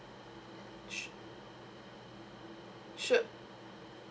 sh~ sure